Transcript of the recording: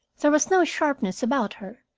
there was no sharpness about her,